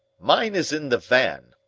mine is in the van.